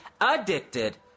addicted